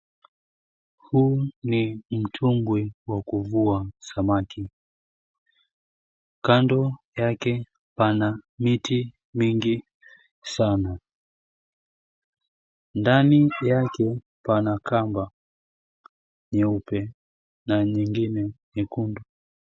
Huu ni mtumbwi wa kuvua samaki. Kando yake pana miti mingi sana. Ndani yake pana kamba nyeupe na nyingine nyekundu.